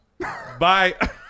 Bye